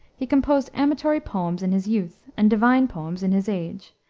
he composed amatory poems in his youth, and divine poems in his age,